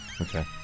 Okay